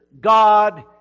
God